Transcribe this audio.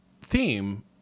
theme